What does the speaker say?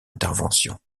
intervention